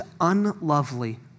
unlovely